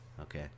Okay